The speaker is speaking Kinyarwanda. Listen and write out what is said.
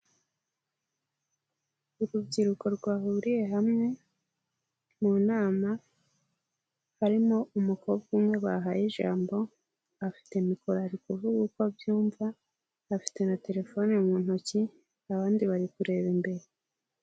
Urubyiruko rwahuriye hamwe mu nama, harimo umukobwa umwe bahaye ijambo afite mikoro ari kuvuga uko abyumva, afite na telefone mu ntoki, abandi bari kureba imbere.